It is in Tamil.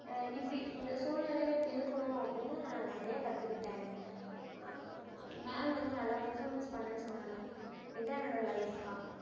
இப்படி இந்த சூழ்நிலையில் இப்படி இருக்கணும் அப்படின்னு நான் நான் நிறையா கத்துக்கிட்டேன் மேம் வந்து நல்லா பேர்ஃபார்மென்ஸ் பண்ணேன்னு சொன்னாங்கள் இதுதான் என்னோட லைஃப்கா